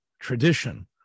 tradition